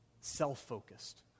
self-focused